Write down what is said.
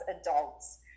adults